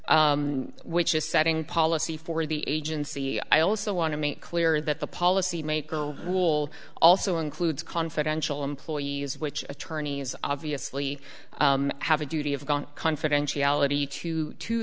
which is setting policy for the agency i also want to make clear that the policy maker will also includes confidential employees which attorneys obviously have a duty of gong confidentiality to to